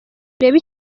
urebe